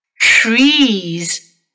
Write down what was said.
Trees